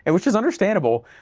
and which is understandable,